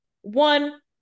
One